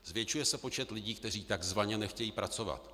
Zvětšuje se počet lidí, kteří takzvaně nechtějí pracovat.